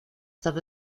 tarde